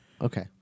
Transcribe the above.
Okay